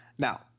Now